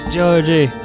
Georgie